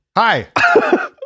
Hi